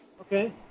Okay